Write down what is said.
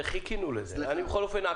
זה משהו שחיכינו לו,